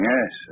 Yes